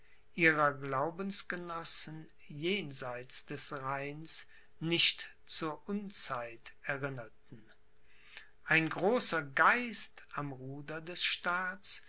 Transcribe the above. ihrer glaubensgenossen jenseits des rheins nicht zur unzeit erinnerten ein großer geist am ruder des staats